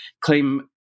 claim